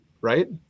right